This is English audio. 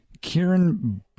Kieran